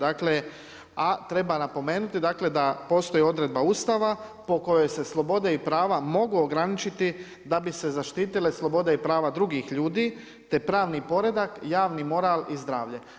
Dakle, a treba napomenuti, dakle, da postoji odredba Ustava po kojoj se slobode i prava mogu ograničiti, da bi se zaštitile slobode i prava drugih ljudi, te pravni poredak, javni moral i zdravlje.